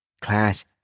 Class